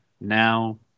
now